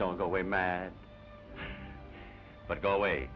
don't go away mad but go away